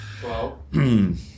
Twelve